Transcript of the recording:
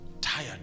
Tired